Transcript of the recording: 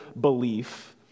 belief